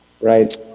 Right